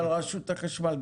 אבל רשות החשמל,